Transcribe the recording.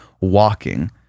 walking